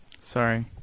Sorry